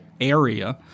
area